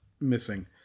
missing